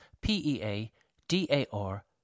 p-e-a-d-a-r